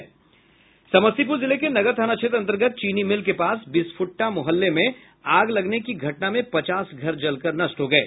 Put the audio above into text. समस्तीपुर जिले के नगर थाना क्षेत्र अंतर्गत चीनी मिल के पास बीस फुट्टा मोहल्ले में आग लगने की घटना में पचास घर जलकर नष्ट हो गये